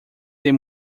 ter